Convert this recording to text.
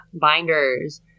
binders